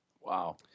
Wow